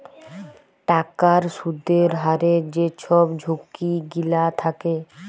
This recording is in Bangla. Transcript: টাকার সুদের হারের যে ছব ঝুঁকি গিলা থ্যাকে